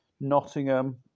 Nottingham